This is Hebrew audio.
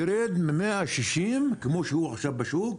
ירד מ-160 כמו שהוא עכשיו בשוק,